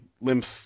limps